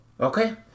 Okay